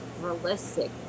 realistic